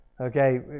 Okay